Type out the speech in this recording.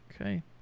Okay